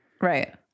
Right